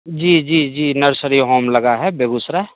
जी जी जी nursery home लगा है बेगूसराय